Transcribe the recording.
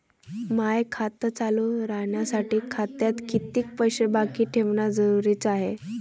माय खातं चालू राहासाठी खात्यात कितीक पैसे बाकी ठेवणं जरुरीच हाय?